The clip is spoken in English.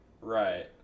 Right